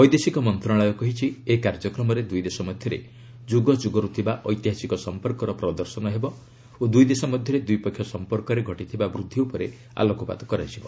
ବୈଦେଶିକ ମନ୍ତ୍ରଣାଳୟ କହିଛି ଏହି କାର୍ଯ୍ୟକ୍ରମରେ ଦୁଇ ଦେଶ ମଧ୍ୟରେ ଯୁଗ ଯୁଗରୁ ଥିବା ଐତିହାସିକ ସମ୍ପର୍କର ପ୍ରଦର୍ଶନ ହେବ ଓ ଦୁଇ ଦେଶ ମଧ୍ୟରେ ଦ୍ୱିପକ୍ଷିୟ ସମ୍ପର୍କରେ ଘଟିଥିବା ବୃଦ୍ଧି ଉପରେ ଆଲୋକପାତ କରାଯିବ